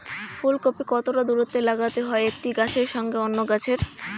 ফুলকপি কতটা দূরত্বে লাগাতে হয় একটি গাছের সঙ্গে অন্য গাছের?